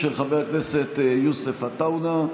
של חבר הכנסת יוסף עטאונה,